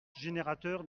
générateurs